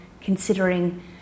considering